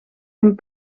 een